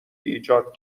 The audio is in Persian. ایجاد